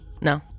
No